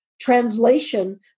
translation